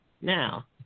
Now